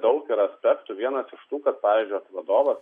daug yra aspektų vienas iš tų kad pavyzdžiui vat vadovas